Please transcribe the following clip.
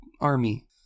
army